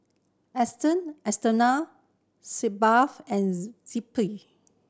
esteem Sitz Bath and Zappy